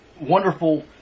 wonderful